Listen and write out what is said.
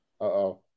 Uh-oh